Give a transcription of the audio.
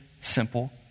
simple